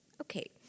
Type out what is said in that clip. Okay